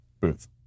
booth